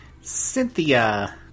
Cynthia